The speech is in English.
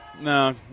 No